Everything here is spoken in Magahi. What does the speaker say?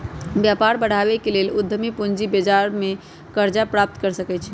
व्यापार बढ़ाबे के लेल उद्यमी पूजी बजार से करजा प्राप्त कर सकइ छै